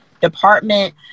department